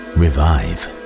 revive